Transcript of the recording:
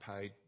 paid